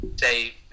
say